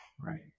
right